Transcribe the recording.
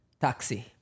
Taxi